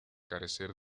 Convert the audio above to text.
carecer